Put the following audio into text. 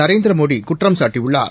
நரேந்திர மோடி குற்றம் சாட்டியுள்ளார்